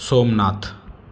Somnath